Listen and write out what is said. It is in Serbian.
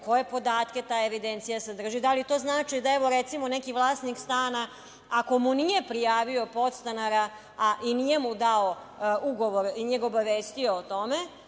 Koje podatke ta evidencija sadrži? Da li to znači, da evo, recimo taj vlasnik stana, ako mu nije prijavio podstanara i nije mu dao ugovor i nije ga obavestio o tome,